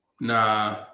Nah